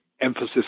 emphasis